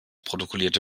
protokollierte